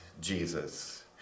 Jesus